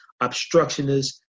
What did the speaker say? obstructionists